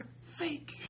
fake